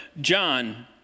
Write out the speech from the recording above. John